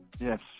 yes